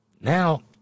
now